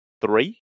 three